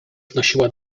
znosiła